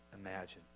imagine